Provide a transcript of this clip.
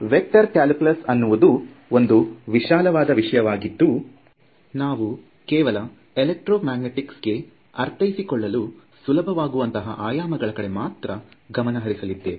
vector calculus ಅನ್ನುವುದು ಒಂದು ವಿಶಾಲವಾದ ವಿಷಯವಾಗಿದ್ದು ನಾವು ಕೇವಲ ಎಲೆಕ್ಟ್ರೋಮ್ಯಾಗ್ನೆಟಿಕ್ಸ್ ಗೆ ಅರ್ಥೈಕೊಳ್ಳಲು ಸುಲಭವಾಗುವಂತಹ ಆಯಾಮಗಳ ಕಡೆ ಮಾತ್ರ ಗಮನ ಹರಿಸಲಿದ್ದೇವೆ